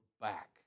back